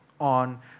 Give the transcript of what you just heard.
on